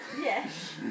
Yes